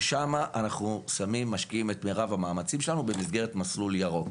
ששם אנחנו משקיעים את מרב המאמצים שלנו במסגרת "מסלול ירוק".